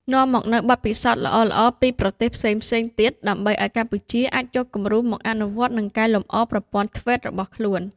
នាំមកនូវបទពិសោធន៍ល្អៗពីប្រទេសផ្សេងៗទៀត ដើម្បីឲ្យកម្ពុជាអាចយកគំរូមកអនុវត្ត និងកែលម្អប្រព័ន្ធ ធ្វេត TVET របស់ខ្លួន។